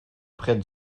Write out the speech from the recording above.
près